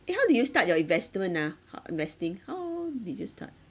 eh how did you start your investment ah ho~ investing how did you start